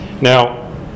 Now